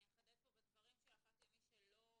אני אחדד פה בדברים שלך רק למי שלא